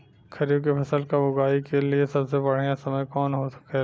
खरीफ की फसल कब उगाई के लिए सबसे बढ़ियां समय कौन हो खेला?